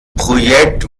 projekt